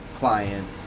client